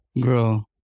Girl